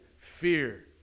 fear